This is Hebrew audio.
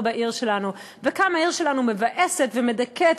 בעיר שלנו וכמה העיר שלנו מבאסת ומדכאת,